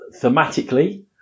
thematically